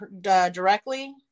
directly